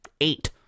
eight